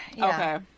Okay